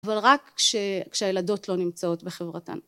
אבל רק כשהילדות לא נמצאות בחברתן.